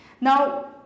Now